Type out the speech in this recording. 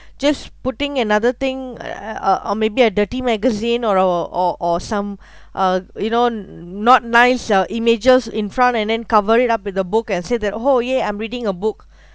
just putting another thing uh or maybe a dirty magazine or or or or some uh you know not nice uh images in front and then cover it up with a book and say that [ho] yeah I'm reading a book